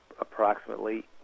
approximately